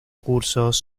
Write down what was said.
cursos